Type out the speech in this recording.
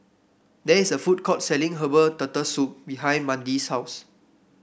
there is a food court selling Herbal Turtle Soup behind Mandie's house